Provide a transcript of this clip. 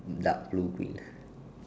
dark blue green